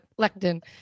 lectin